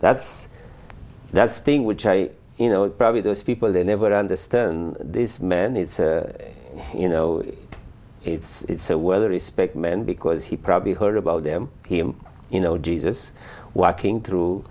that's that's a thing which i you know probably those people they never understand this man it's you know it's it's a well respected man because he probably heard about them him you know jesus walking through